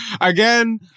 again